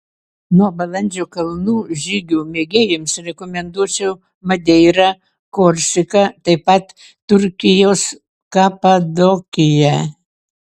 nuo balandžio kalnų žygių mėgėjams rekomenduočiau madeirą korsiką taip pat turkijos kapadokiją